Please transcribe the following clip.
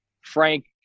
Frank